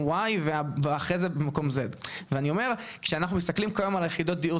ווי ואחרי זה במקום זד ואני אומר שאנחנו מתכלים כיום על יחידות דיור